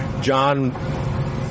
John